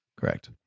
Correct